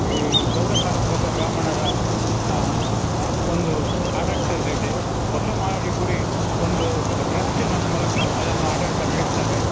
ಈ ಗೌಡ ಸಾರಸ್ವತ ಬ್ರಾಹ್ಮಣರ ಒಂದು ಆಡಳ್ತದ ಇದೆ ಹೊಸ ಮಾರಿಗುಡಿ ಒಂದು ಟ್ ಟ್ರಸ್ಟಿನ ಮೂಲಕ ಅದನ್ನು ಆಡಳಿತ ನಡೆಸ್ತಾರೆ